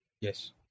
Yes